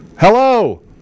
Hello